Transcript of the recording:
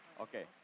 Okay